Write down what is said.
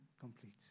complete